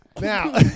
now